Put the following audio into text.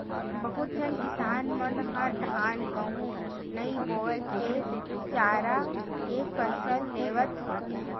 बहुत झन किसान मन ह धान, गहूँ नइ बो के चारा के फसल लेवत हे